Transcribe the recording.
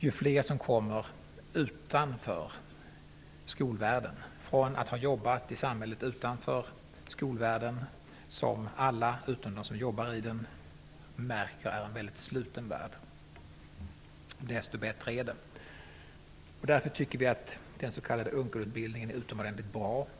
Ju fler som kommer utanför skolvärlden, som alla utom de som jobbar i den märker är en väldigt sluten värld, desto bättre är det. Därför tycker vi att den s.k Unckelutbildningen är utomordentligt bra.